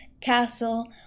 castle